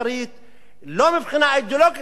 ולא מבחינה אידיאולוגית, מבחינה פוליטית.